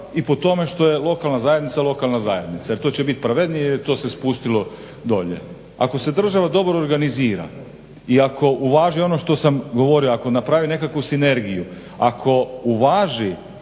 i po tome što je lokalna zajednica lokalna zajednica jer to će biti pravednije, jer to se spustilo dolje. Ako se država dobro organizira i ako uvaži ono što sam govorio, ako napravi nekakvu sinergiju, ako uvaži